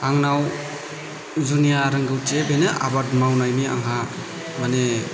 आंनाव जुनिया रोंगौथि बेनो आबाद मावनायनि आंहा माने